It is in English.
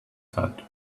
that